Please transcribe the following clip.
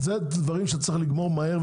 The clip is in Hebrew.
אלה הם הדברים שצריך לגמור אותם מהר,